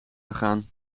gegaan